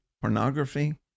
pornography